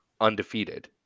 undefeated